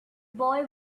boy